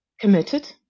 committed